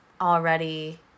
already